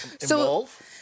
involve